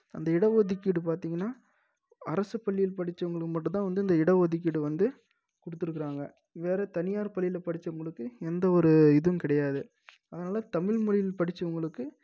அந்த இட ஒதுக்கீடு பார்த்திங்கனா அரசு பள்ளியில் படிச்சவங்களுக்கு மட்டுந்தான் வந்து இந்த இட ஒதுக்கீடு வந்து கொடுத்து இருக்கிறாங்க வேறு தனியார் பள்ளியில் படிச்சவங்களுக்கு எந்த ஒரு இதுவும் கிடையாது அதனால் தமிழ்மொழியில் படிச்சவங்களுக்கு